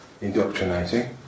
indoctrinating